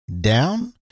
down